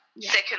Second